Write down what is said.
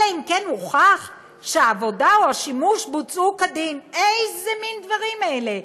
"אלא אם כן הוכח שהעבודה או השימוש בוצעו כדין" איזה מין דברים אלה?